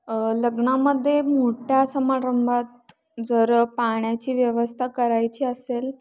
लग्नामध्ये मोठ्या समारंभात जर पाण्याची व्यवस्था करायची असेल